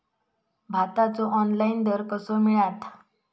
भाताचो ऑनलाइन दर कसो मिळात?